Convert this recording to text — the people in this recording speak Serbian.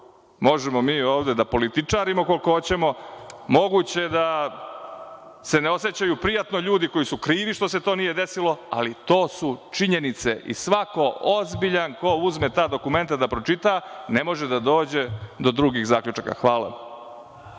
možemo mi ovde da političarimo koliko hoćemo. Moguće je da se ne osećaju prijatno ljudi koji su krivi što se to nije desilo, ali to su činjenice i svako ozbiljan ko uzme ta dokumenta da pročita ne može da dođe do drugih zaključaka. Hvala.